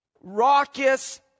raucous